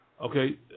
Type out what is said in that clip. Okay